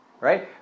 right